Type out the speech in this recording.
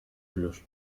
blues